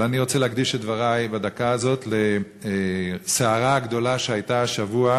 אבל אני רוצה להקדיש את דברי בדקה הזאת לסערה הגדולה שהייתה השבוע